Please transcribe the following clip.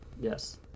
Yes